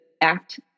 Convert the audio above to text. act